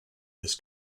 his